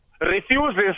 refuses